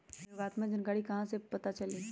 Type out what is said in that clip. सहयोगात्मक जानकारी कहा से पता चली?